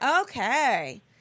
Okay